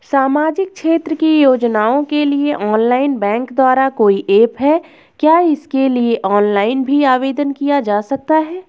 सामाजिक क्षेत्र की योजनाओं के लिए ऑनलाइन बैंक द्वारा कोई ऐप है क्या इसके लिए ऑनलाइन भी आवेदन किया जा सकता है?